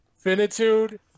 finitude